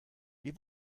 wir